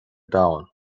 domhan